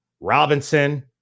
Robinson